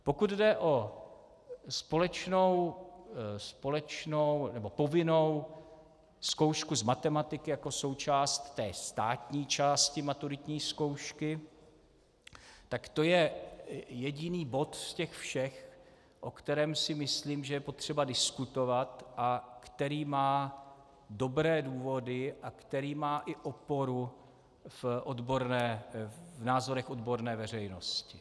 Pokud jde o společnou nebo povinnou zkoušku z matematiky jako součást té státní části maturitní zkoušky, tak to je jediný bod z těch všech, o kterém si myslím, že je potřeba diskutovat a který má dobré důvody a který má i oporu v názorech odborné veřejnosti.